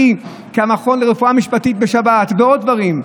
כמכון לרפואה משפטית בשבת ועוד דברים.